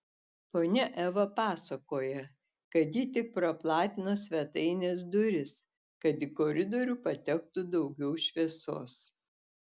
ponia eva pasakoja kad ji tik praplatino svetainės duris kad į koridorių patektų daugiau šviesos